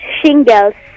shingles